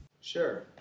Sure